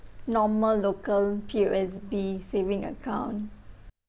normal local P_O_S_B saving account